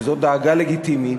שזו דאגה לגיטימית,